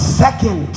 second